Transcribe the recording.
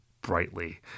brightly